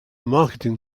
marketing